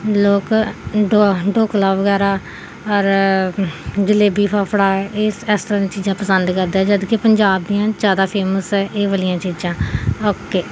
ਲੋਕ ਡੋ ਡੋਕਲਾ ਵਗੈਰਾ ਔਰ ਜਲੇਬੀ ਫਾਫੜਾ ਇਸ ਇਸ ਤਰ੍ਹਾਂ ਦੀਆਂ ਚੀਜ਼ਾਂ ਪਸੰਦ ਕਰਦੇ ਹੈ ਜਦ ਕਿ ਪੰਜਾਬ ਦੀਆਂ ਜ਼ਿਆਦਾ ਫੇਮਸ ਹੈ ਇਹ ਵਾਲੀਆਂ ਚੀਜ਼ਾਂ ਓਕੇ